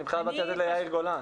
את יכולה לוותר ליאיר גולן.